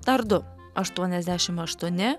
dar du aštuoniasdešimt aštuoni